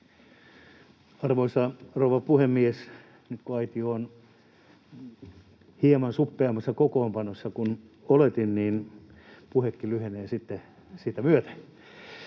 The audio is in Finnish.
Arvoisa rouva puhemies! Nyt kun aitio on hieman suppeammassa kokoonpanossa kuin oletin, niin puhekin lyhenee sitten sitä myöten.